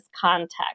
context